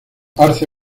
arce